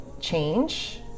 change